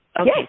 Okay